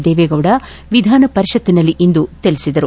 ದೇವೇಗೌಡ ವಿಧಾನಪರಿಷತ್ತಿನಲ್ಲಿಂದು ತಿಳಿಸಿದರು